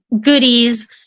goodies